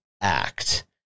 act